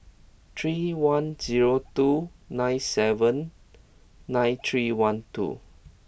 three one zero two nine seven nine three one two